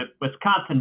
Wisconsin